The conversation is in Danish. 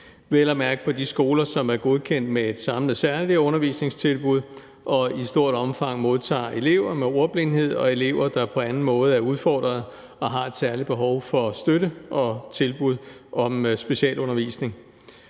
vel at mærke på de skoler, som er godkendt med et samlet særligt undervisningstilbud, og som i stort omfang modtager elever med ordblindhed og elever, der på anden måde er udfordret og har et særligt behov for støtte og tilbud om specialundervisning.